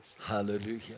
Hallelujah